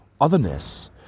otherness